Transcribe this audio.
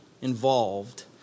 involved